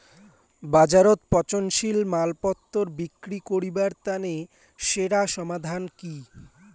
বাজারত পচনশীল মালপত্তর বিক্রি করিবার তানে সেরা সমাধান কি?